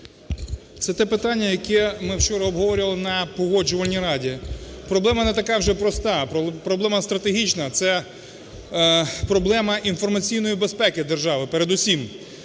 Це те питання, яке ми вчора обговорювали на Погоджувальній раді. Проблема не така вже проста. Проблема стратегічна. Це проблема інформаційної безпеки держави передусім.